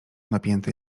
napięte